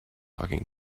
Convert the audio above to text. talking